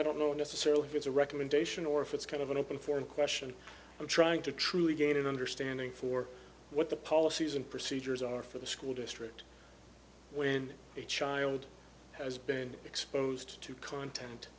i don't know necessarily if it's a recommendation or if it's kind of an open forum question of trying to truly gain an understanding for what the policies and procedures are for the school district when a child has been exposed to content